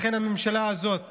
לכן הממשלה הזאת